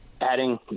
adding